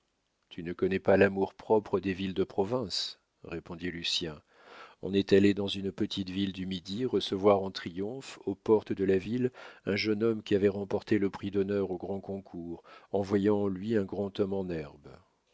tu ne connais pas l'amour-propre des villes de province répondit lucien on est allé dans une petite ville du midi recevoir en triomphe aux portes de la ville un jeune homme qui avait remporté le prix d'honneur au grand concours en voyant en lui un grand homme en herbe